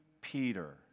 Peter